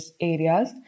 areas